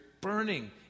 burning